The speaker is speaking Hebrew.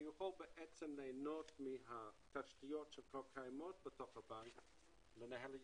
כדי ליהנות מהתשתיות שכבר קיימות בתוך הבנק לניהול.